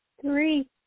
Three